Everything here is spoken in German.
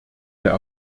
der